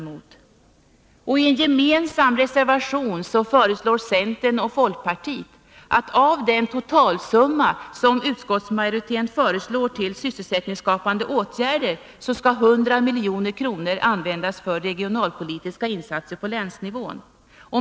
I en gemensam reservation föreslår centern och folkpartiet att av den totalsumma som utskottsmajoriteten föreslår till sysselsättningsskapande åtgärder skall 100 miljoner kronor användas för regionalpolitiska insatser på länsnivån.